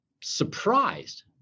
surprised